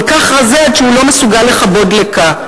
כל כך רזה, עד שהוא לא מסוגל לכבות דלקה.